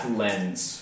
lens